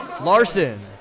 Larson